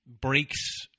breaks